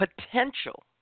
potential